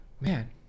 man